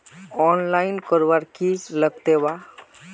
Online करवार की लगते वा?